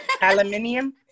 Aluminium